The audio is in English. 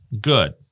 good